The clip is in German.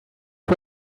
für